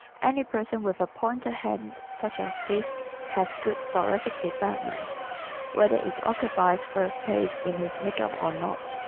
any person with a pointed hand such as this has good thoracic development whether it occupies first place in his makeup or not.